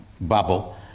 bubble